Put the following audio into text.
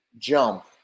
jump